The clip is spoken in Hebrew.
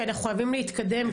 כי אנחנו חייבים להתקדם,